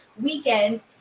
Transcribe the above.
weekends